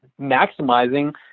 maximizing